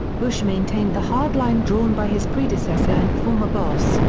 bush maintained the hard line drawn by his predecessor and former boss,